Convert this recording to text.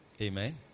Amen